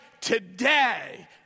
today